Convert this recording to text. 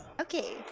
Okay